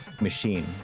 machine